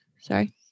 sorry